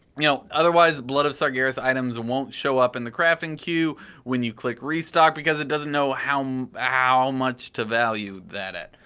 you know otherwise, blood of sargeras items won't show up in the crafting queue when you click restock because it doesn't know how how much to value that at.